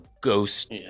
ghost